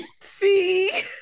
see